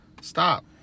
stop